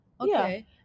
Okay